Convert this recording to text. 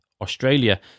australia